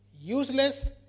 useless